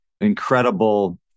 incredible